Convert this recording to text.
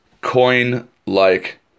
coin-like